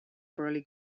burley